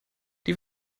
die